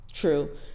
True